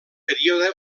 període